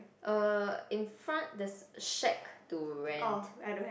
uh in front there's shack to rent